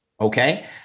Okay